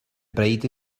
bride